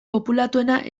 populatuena